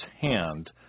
hand